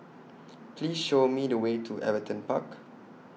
Please Show Me The Way to Everton Park